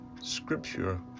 Scripture